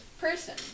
person